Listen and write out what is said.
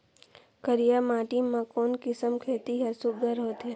करिया माटी मा कोन किसम खेती हर सुघ्घर होथे?